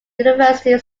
university